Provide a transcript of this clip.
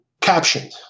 captioned